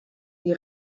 die